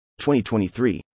2023